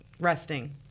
resting